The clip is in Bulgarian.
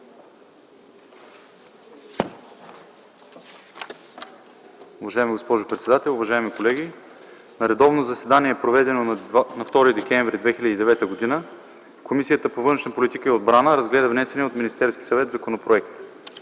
Уважаема госпожо председател, уважаеми колеги! „На редовно заседание, проведено на 4 декември 2009 г., Комисията по външна политика и отбрана разгледа внесения от Министерския съвет законопроект.